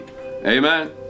Amen